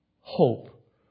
hope